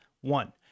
one